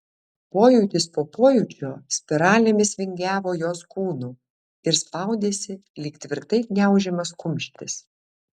pojūtis po pojūčio spiralėmis vingiavo jos kūnu ir spaudėsi lyg tvirtai gniaužiamas kumštis